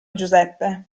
giuseppe